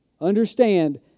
Understand